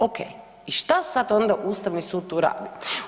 Ok, i šta sad onda Ustavni sud tu radi?